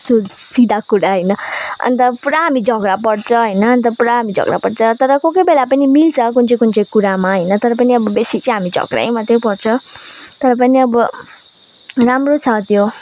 सिधा कुरा होइन अन्त पुरा हामी झगडा पर्छ होइन अन्त पुरा हामी झगडा पर्छ तर कोही कोही बेला पनि मिल्छ कुन चाहिँ कुन चाहिँ कुरामा होइन तर पनि अब बेसी चाहिँ हामी झगडै मात्रै पर्छ तर पनि अब राम्रो छ त्यो